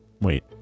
wait